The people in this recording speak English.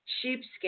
sheepskin